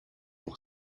pour